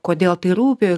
kodėl tai rūpi